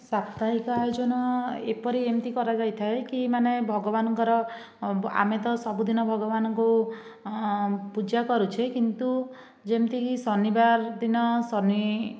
ସାପ୍ତାହିକ ଆୟୋଜନ ଏହିପରି ଏମିତି କରାଯାଇଥାଏ କି ମାନେ ଭଗବାନଙ୍କର ଆମେ ତ ସବୁଦିନ ଭଗବାନଙ୍କୁ ପୂଜା କରୁଛେ କିନ୍ତୁ ଯେମିତିକି ଶନିବାର ଦିନ ଶନି